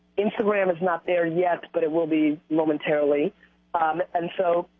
instagram is not there yet, but it will be momentarily and so,